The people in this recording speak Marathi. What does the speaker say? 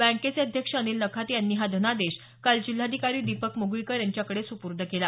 बँकेचे अध्यक्ष अनिल नखाते यांनी हा धनादेश काल जिल्हाधिकारी दीपक मुगळीकर यांच्याकडे सुपुर्द केला